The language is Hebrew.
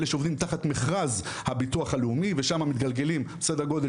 אלה שעובדות תחת מכרז של ביטוח לאומי ושם מתגלגלים סדר גודל